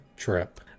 Trip